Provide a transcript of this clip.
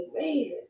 man